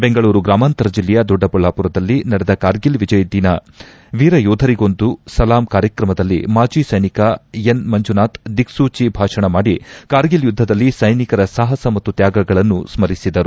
ಬೆಂಗಳೂರು ಗ್ರಾಮಾಂತರ ಜಲ್ಲೆಯ ದೊಡ್ಡಬಳ್ಳಾಪುರದಲ್ಲಿ ನಡೆದ ಕಾರ್ಗಿಲ್ ವಿಜಯ ದಿನ ವೀರ ಯೋಧರಿಗೊಂದು ಸಲಾಮ್ ಕಾರ್ಡಕ್ರಮದಲ್ಲಿ ಮಾಜಿ ಸೈನಿಕ ಎನ್ ಮಂಜುನಾಥ್ ದಿಕ್ಸೂಚ ಭಾಷಣ ಮಾಡಿ ಕಾರ್ಗಿಲ್ ಯುದ್ದದಲ್ಲಿ ಸೈನಿಕರ ಸಾಹಸ ಮತ್ತು ತ್ಯಾಗಳನ್ನು ಸ್ಥರಿಸಿದರು